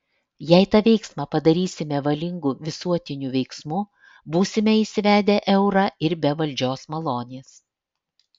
jei tą veiksmą padarysime valingu visuotiniu veiksmu būsime įsivedę eurą ir be valdžios malonės